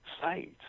sites